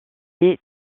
est